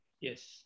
Yes